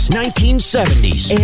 1970s